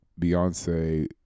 Beyonce